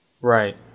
Right